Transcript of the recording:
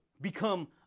become